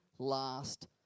last